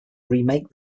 remake